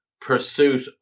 pursuit